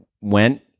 went